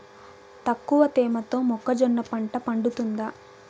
తక్కువ తేమతో మొక్కజొన్న పంట పండుతుందా?